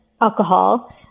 alcohol